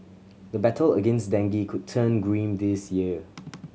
the battle against dengue could turn grim this year